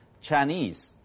Chinese